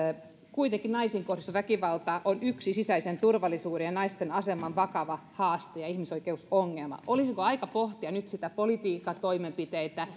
kuitenkin naisiin kohdistuva väkivalta on yksi sisäisen turvallisuuden ja naisten aseman vakava haaste ja ihmisoikeusongelma olisiko aika pohtia nyt politiikan toimenpiteitä